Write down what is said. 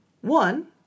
One